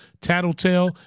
Tattletale